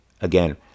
again